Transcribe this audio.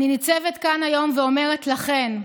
אני ניצבת כאן היום ואומרת לכן,